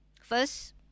First